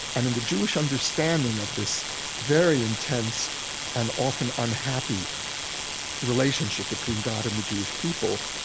and in the jewish understanding of this very intense and often unhappy relationship between god and the jewish people,